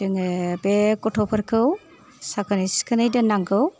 जोङो बे गथ'फोरखौ साखोन सिखोनै दोननांगौ